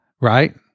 right